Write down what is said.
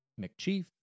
mcchief